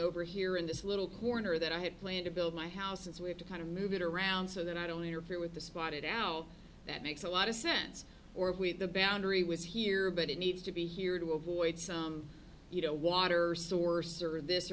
over here in this little corner that i had planned to build my house we have to kind of move it around so that i don't interfere with the spot it out that makes a lot of sense or with the boundary was here but it needs to be here to avoid some you know water source or this